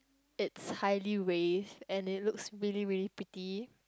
its highly wave and it looks really really pretty